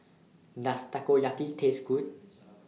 Does Takoyaki Taste Good